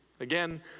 Again